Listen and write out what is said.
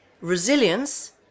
Resilience